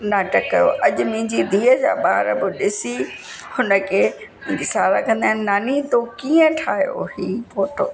नाटक कयो अॼु मुंहिंजी धीअ जा ॿार बि ॾिसी हुन खे मुंहिंजी सावा कंदा आहिनि नानी तू कीअं ठाहियो हीअं फोटो